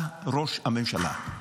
אתה ראש הממשלה,